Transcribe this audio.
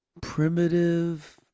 primitive